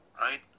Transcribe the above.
right